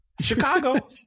Chicago